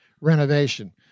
renovation